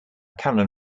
cannon